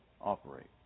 operate